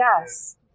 yes